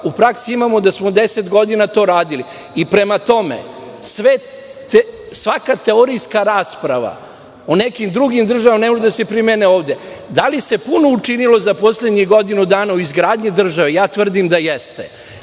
u praksi imamo da smo 10 godina to radili. Prema tome, svaka teorijska rasprava o nekim drugim državama ne može da se primeni ovde. Da li se puno učinilo za poslednjih godinu dana u izgradnji države? Tvrdim da jeste.